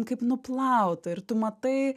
kaip nuplauta ir tu matai